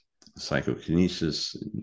psychokinesis